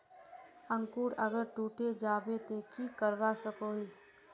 अंकूर अगर टूटे जाबे ते की करवा सकोहो ही?